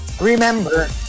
Remember